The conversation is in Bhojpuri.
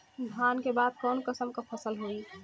धान के बाद कऊन कसमक फसल होई?